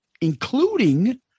including